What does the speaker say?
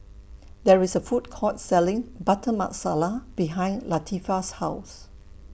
There IS A Food Court Selling Butter Masala behind Latifah's House